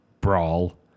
brawl